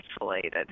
isolated